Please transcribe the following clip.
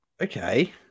Okay